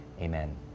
Amen